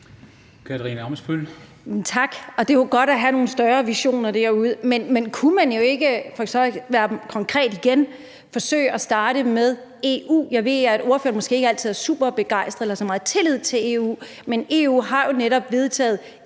Tak. Det er jo godt at have nogle større visioner derude. Men kunne man ikke, for så at være konkret igen, forsøge at starte med EU? Jeg ved, at ordføreren måske ikke altid er super begejstret for eller har så meget tillid til EU, men EU har jo netop i